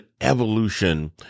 evolution